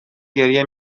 گریه